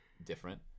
Different